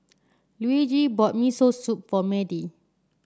Luigi bought Miso Soup for Madie